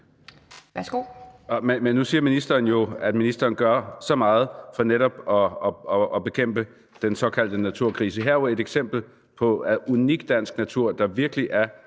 Værsgo.